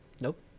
Nope